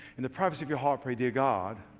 in the privacy of your heart pray, dear god,